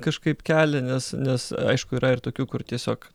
kažkaip kelia nes nes aišku yra ir tokių kur tiesiog